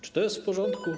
Czy to jest w porządku?